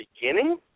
beginning